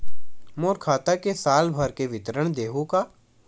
मोर खाता के साल भर के विवरण देहू का?